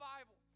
Bible